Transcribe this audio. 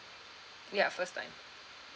ya first time